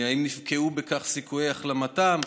האם נפגעו מכך סיכויי החלמתם?